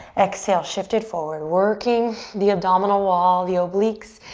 exhale, shift it forward. working the abdominal wall, the obliques,